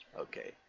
okay